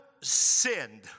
sinned